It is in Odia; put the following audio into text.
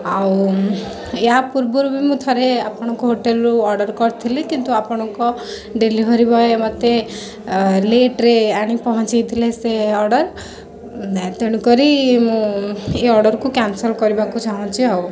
ଆଉ ଏହା ପୂର୍ବରୁ ବି ମୁଁ ଥରେ ଆପଣଙ୍କ ହୋଟେଲ୍ରୁ ଅର୍ଡ଼ର୍ କରିଥିଲି କିନ୍ତୁ ଆପଣଙ୍କ ଡେଲିଭରୀ ବୟ୍ ମୋତେ ଲେଟ୍ରେ ଆଣି ପହଁଞ୍ଚାଇ ଥିଲେ ସେ ଅର୍ଡ଼ର୍ ତେଣୁକରି ମୁଁ ଏ ଅର୍ଡ଼ର୍କୁ କ୍ୟାନସଲ୍ କରିବାକୁ ଚାହୁଁଛି ଆଉ